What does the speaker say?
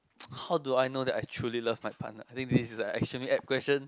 how do I know that I truly love my partner I think this a extremely apt question